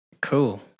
Cool